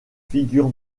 figure